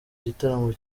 igitaramo